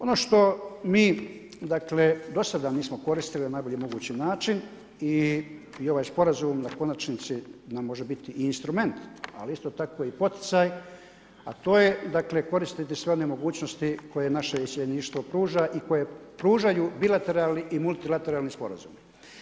Ono što mi dakle, do sada nismo koristili na najbolji mogući način i ovaj sporazum na konačnici nam može biti i instrument, ali isto tako i poticaj, a to je koristiti sve one mogućnosti koje naše isjemeništvo pruža i koje pružaju bilateralni i multilateralni sporazum.